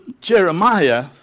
Jeremiah